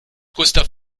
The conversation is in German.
gustav